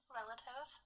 relative